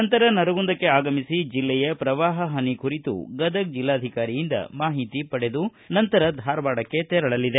ನಂತರ ನರಗುಂದಕ್ಕೆ ಆಗಮಿಸಿ ಜೆಲ್ಲೆಯ ಪ್ರವಾಹ ಹಾನಿ ಕುರಿತು ಗದಗ ಜೆಲ್ಲಾಧಿಕಾರಿಗಳಿಂದ ಮಾಹಿತಿ ಪಡೆದು ಧಾರವಾಡಕ್ಕೆ ತೆರಳಲಿದೆ